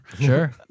Sure